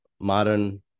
modern